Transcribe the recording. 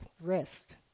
rest